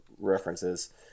references